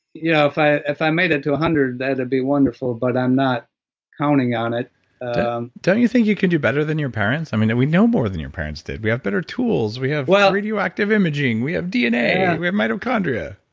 you know if i if i made it one hundred, that'd be wonderful, but i'm not counting on it don't you think you can do better than your parents? i mean, and we know more than your parents did. we have better tools. we have radioactive imaging. we have dna. we have mitochondria